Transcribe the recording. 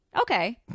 Okay